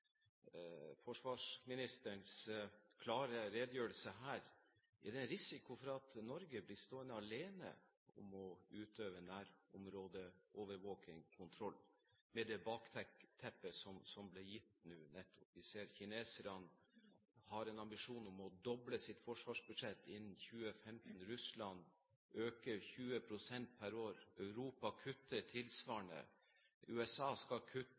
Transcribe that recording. kontroll – med det bakteppet som ble gitt nå nettopp? Vi ser at kineserne har en ambisjon om å doble sitt forsvarsbudsjett innen 2015, Russland øker 20 pst. pr år, Europa kutter tilsvarende. USA skal kutte